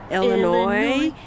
Illinois